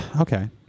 Okay